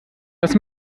das